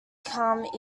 come